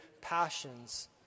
passions